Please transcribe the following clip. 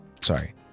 Sorry